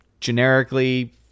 generically